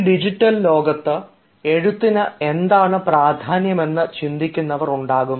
ഈ ഡിജിറ്റൽ ലോകത്ത് എഴുത്തിന് എന്താണ് പ്രാധാന്യം എന്ന് ചിന്തിക്കുന്നവർ ഉണ്ടാകും